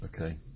Okay